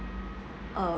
err